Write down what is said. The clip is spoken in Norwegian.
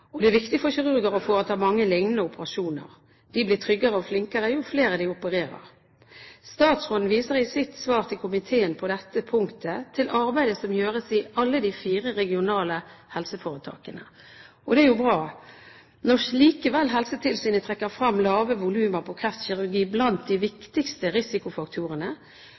og kvalitet. Det er viktig for kirurger å foreta mange liknende operasjoner. De blir tryggere og flinkere jo flere de opererer. Statsråden viser i sitt svar til komiteen på dette punktet til arbeidet som gjøres i alle de fire regionale helseforetakene. Det er jo bra. Når likevel Helsetilsynet trekker frem lave volumer på kreftkirurgi blant de viktigste risikofaktorene,